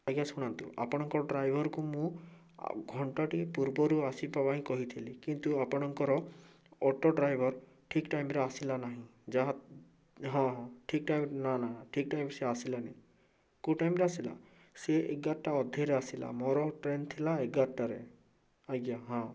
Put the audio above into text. ଆଜ୍ଞା ଶୁଣନ୍ତୁ ଆପଣଙ୍କ ଡ୍ରାଇଭର୍କୁ ମୁଁ ଆଉ ଘଣ୍ଟାଟିଏ ପୂର୍ବରୁ ଆସିବା ପାଇଁ କହିଥିଲି କିନ୍ତୁ ଆପଣଙ୍କର ଅଟୋ ଡ୍ରାଇଭର୍ ଠିକ ଟାଇମ୍ରେ ଆସିଲା ନହିଁ ଯାହା ହଁ ହଁ ଠିକ ଟାଇମ୍ରେ ନା ନା ସେ ଆସିଲାନି କେଉଁ ଟାଇମ୍ରେ ଆସିଲା ଏଗାରଟା ଅଧେରେ ଆସିଲା ମୋର ଟ୍ରେନ୍ ଥିଲା ଏଗାରଟାରେ ଆଜ୍ଞା ହଁ